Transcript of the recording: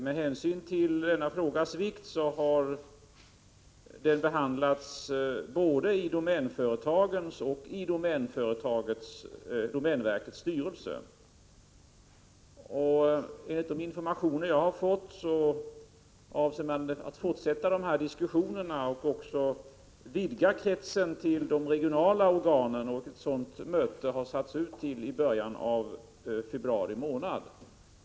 Med hänsyn till frågans vikt har den behandlats både inom Domänföretagen och i domänverkets styrelse. Enligt den information som jag har fått avser man att fortsätta diskussionerna och att vidga den här kretsen till att även omfatta de regionala organen. Därför har ett möte utsatts till början av februari månad.